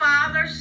Father